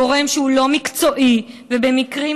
גורם שהוא לא מקצועי, ובמקרים